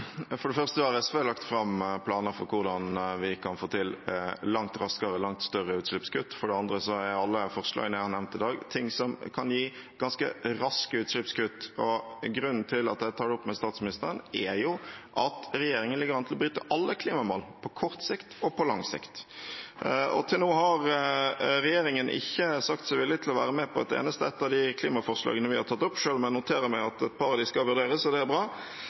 For det første har SV lagt fram planer for hvordan vi kan få til langt raskere og langt større utslippskutt. For det andre er alle forslagene jeg har nevnt i dag, ting som kan gi ganske raske utslippskutt. Grunnen til at jeg tar det opp med statsministeren, er at regjeringen ligger an til å bryte alle klimamål – på kort sikt og på lang sikt, og til nå har regjeringen ikke sagt seg villig til å være med på ett eneste et av de klimaforslagene vi har tatt opp, selv om jeg noterer meg at et par av dem skal vurderes, og det er bra.